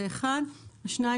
שנית,